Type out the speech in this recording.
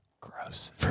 Gross